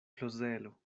klozelo